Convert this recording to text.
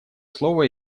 слово